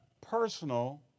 personal